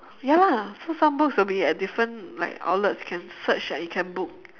ya lah so some books will be at different like outlets can search and you can book